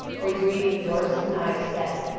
or do even worse than i have said?